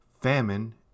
famine